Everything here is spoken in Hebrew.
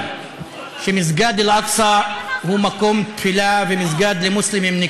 שמסגד אל-אקצא הוא מקום תפילה ומסגד למוסלמים.